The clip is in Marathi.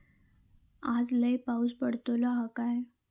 आज लय पाऊस पडतलो हा काय?